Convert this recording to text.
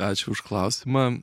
ačiū už klausimą